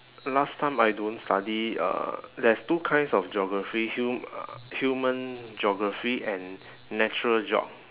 last time I don't study uh there's two kinds of geography hum~ uh human geography and natural geog